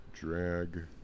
Drag